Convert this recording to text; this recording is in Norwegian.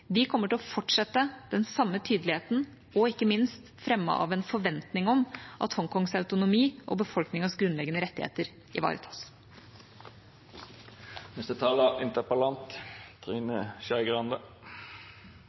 Vi kommer til å fortsette den samme tydeligheten og ikke minst fremme en forventning om at Hongkongs autonomi og befolkningens grunnleggende rettigheter